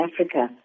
Africa